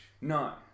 no